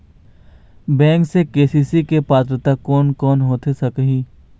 Bank से KCC के पात्रता कोन कौन होथे सकही?